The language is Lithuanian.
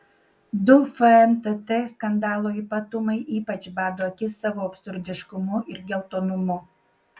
du fntt skandalo ypatumai ypač bado akis savo absurdiškumu ir geltonumu